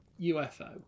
UFO